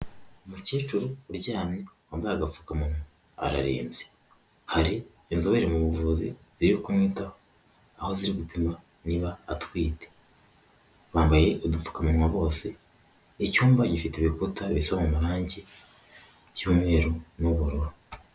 Umukecuru uryamye wambaye agapfukamunwa ararembye, hari inzobere mu buvuzi zi kumwitaho aho ziri gupima niba atwite, bambaye udupfukamunwa bose, icyumba gifite ibikuta bisa mu marangi y'umweru n'ubururu.